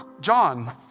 John